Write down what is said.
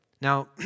Now